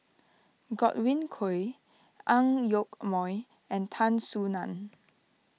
Godwin Koay Ang Yoke Mooi and Tan Soo Nan